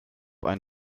ein